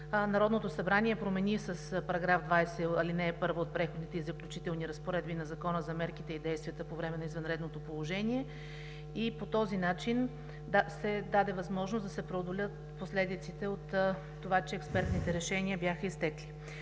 Народното събрание промени с § 20, ал. 1 от Преходните и заключителни разпоредби на Закона за мерките и действията по време на извънредното положение, и по този начин се даде възможност да се преодолеят последиците от това, че експертните решения бяха изтекли.